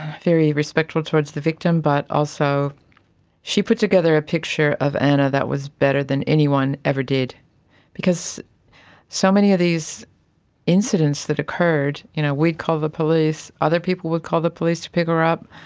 very respectful towards the victim but also she put together a picture of anna that was better than anyone ever did because so many of these incidents that occurred, you know we'd call the police, other people would call the police to pick up,